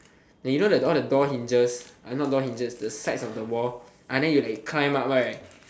and you know the door the door hinges not door hinges the sides of the wall then you like climb up right